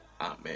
Amen